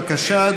בבקשה,